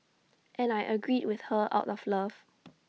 and I agreed with her out of love